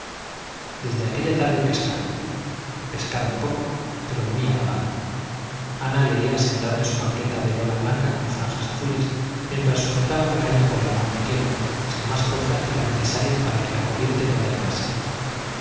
desde aquella tarde pescaron pescaron poco pero muy alabado ana leía sentada en su banqueta de lona blanca con franjas azules mientras sujetaba la caña con la mano izquierda sin más fuerza que la necesaria para que la corriente no la llevase